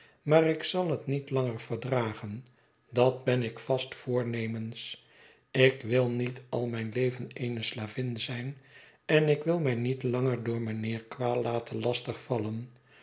maar ik zal het niet langer verdragen dat ben ik vast voornemens ik wil niet al mijn leven eene slavin zijn en ik wil mij niet langer door mijnheer quale laten lastig vallen